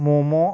मम'